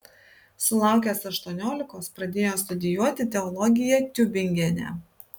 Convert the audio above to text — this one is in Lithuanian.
sulaukęs aštuoniolikos pradėjo studijuoti teologiją tiubingene